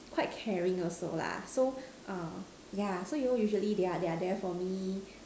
quite caring also lah so um yeah so you know usually they are they are there for me